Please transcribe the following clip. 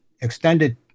extended